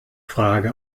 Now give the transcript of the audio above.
frage